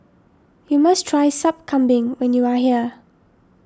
you must try Sup Kambing when you are here